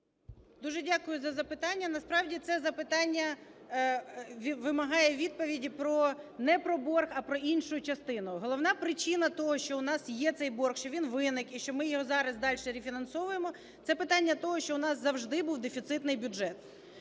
Дуже дякую за запитання. Насправді це запитання вимагає відповіді про не про борг, а про іншу частину. Головна причина того, що у нас є цей борг, що він виник і що ми його зараз далі рефінансуємо – це питання того, що у нас завжди був дефіцитний бюджет.